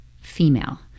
female